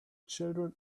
children